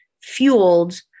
fueled